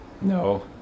No